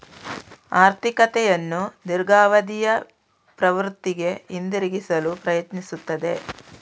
ಆರ್ಥಿಕತೆಯನ್ನು ದೀರ್ಘಾವಧಿಯ ಪ್ರವೃತ್ತಿಗೆ ಹಿಂತಿರುಗಿಸಲು ಪ್ರಯತ್ನಿಸುತ್ತದೆ